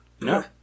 no